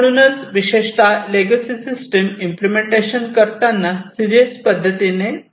म्हणूनच विशेषतःलेगसी system implementation करताना सिरीयस पद्धतीने पाहायला हव्यात